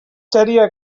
seria